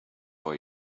for